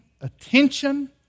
attention